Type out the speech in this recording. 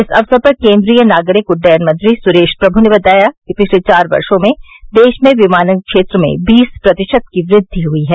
इस अवसर पर केन्द्रीय नागरिक उड्डयन मंत्री सुरेश प्रमु ने बताया कि पिछले चार वर्षो में देश में विमानन क्षेत्र में बीस प्रतिशत की वृद्धि हुई है